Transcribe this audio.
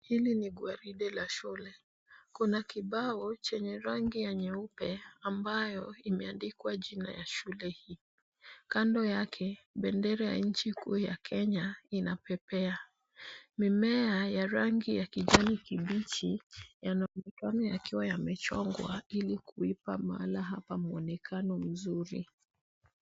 Hili ni gwaride la shule. Kuna kibao chenye rangi ya nyeupe ambayo imeandikwa jina ya shule hii. Mbele yake bendera ya nchi kuu ya Kenya inapepea. Mimea ya rangi ya kijani kibichi yanaonekana yakiwa yamechongwa ili kuipa mahala hapa mwonekano mzuri.